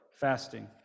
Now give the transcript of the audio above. fasting